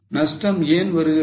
நஷ்டம் ஏன் வருகிறது